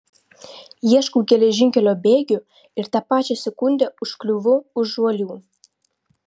ieškau geležinkelio bėgių ir tą pačią sekundę užkliūvu už žuolių